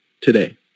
today